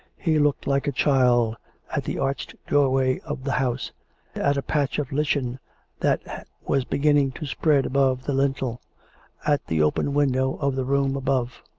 he looked like a child at the arched doorway of the house at a patch of lichen that was beginning to spread above the lintel at the open window of the room above.